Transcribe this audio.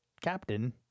captain